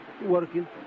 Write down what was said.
Working